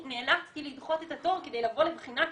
נאלצתי לדחות את התור כדי לבוא לבחינה,